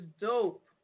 dope